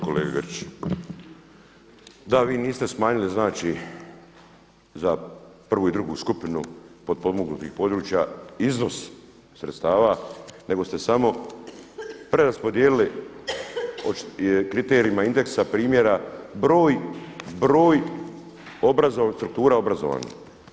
Kolega Grčić, da vi niste smanjili za prvu i drugu skupini u potpomognutih područja iznos sredstava nego ste samo preraspodijelili po kriterijima indeksa primjera broj struktura obrazovanja.